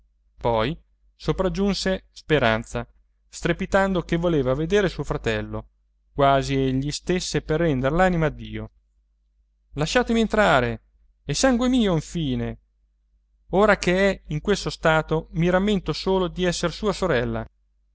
poi sopraggiunse speranza strepitando che voleva vedere suo fratello quasi egli stesse per rendere l'anima a dio lasciatemi entrare è sangue mio infine ora ch'è in questo stato mi rammento solo di essere sua sorella